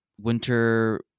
winter